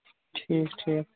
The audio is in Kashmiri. ٹھیٖک ٹھیٖک